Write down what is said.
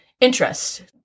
interest